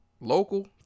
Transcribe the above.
local